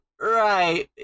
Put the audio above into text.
right